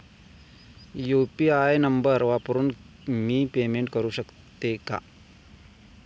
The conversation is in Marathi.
यु.पी.आय नंबर वापरून मी पेमेंट करू शकते का?